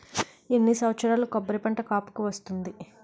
ఎన్ని సంవత్సరాలకు కొబ్బరి పంట కాపుకి వస్తుంది?